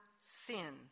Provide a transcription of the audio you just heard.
sin